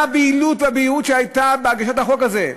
מה הבהילות שהייתה בהגשת החוק הזה.